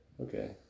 okay